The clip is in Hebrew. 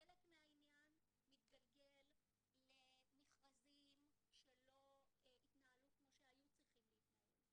חלק מהעניין מתגלגל למכרזים שלא התנהלו כמו שהיו צריכים להתנהל.